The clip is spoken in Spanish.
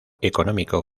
económico